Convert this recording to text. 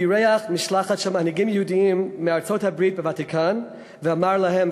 הוא אירח משלחת של מנהיגים יהודים מארצות-הברית בוותיקן ואמר להם,